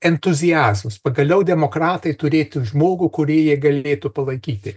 entuziazmas pagaliau demokratai turėtų žmogų kurį jie galėtų palaikyti